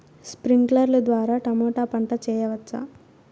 స్ప్రింక్లర్లు ద్వారా టమోటా పంట చేయవచ్చా?